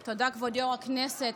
תודה, כבודו יו"ר הכנסת.